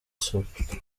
supt